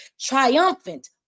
triumphant